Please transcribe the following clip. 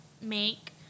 make